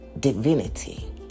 Divinity